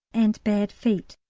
and bad feet,